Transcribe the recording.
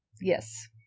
Yes